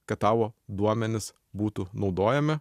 kad tavo duomenys būtų naudojami